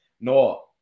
No